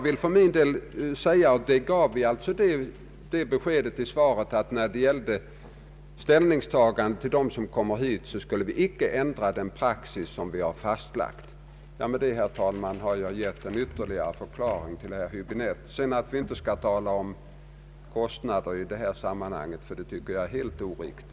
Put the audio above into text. Det här är svåra frågor, men jag har givit det beskedet i svaret att när det gäller ställningstagandet till desertörer när de kommer hit så skall vi inte ändra den praxis som vi har fastlagt. Därtill, herr talman, har jag givit en rad ytterligare förklaringar till herr Höäbinette. Att tala om kostnader i det här sammanhanget tycker jag är helt oriktigt.